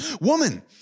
woman